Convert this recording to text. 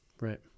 right